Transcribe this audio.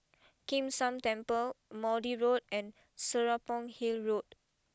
Kim San Temple Maude Road and Serapong Hill Road